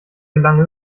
gelang